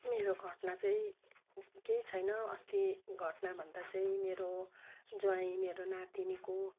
मेरो घटना चाहिँ केही छैन अस्ति घटना भन्दा चाहिँ मेरो मेरो जुवाइँ मेरो नातिनीको